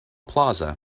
plaza